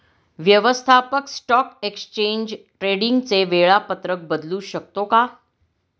व्यवस्थापक stock exchange ट्रेडिंगचे वेळापत्रक बदलू शकतो का?